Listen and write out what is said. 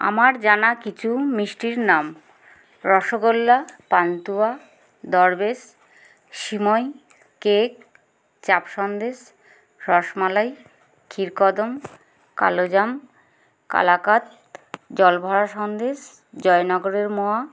আমার জানা কিছু মিষ্টির নাম রসগোল্লা পান্তুয়া দরবেশ সিমই কেক চাপ সন্দেশ রসমালাই ক্ষীরকদম কালোজাম কালাকাঁদ জলভরা সন্দেশ জয়নগরের মোয়া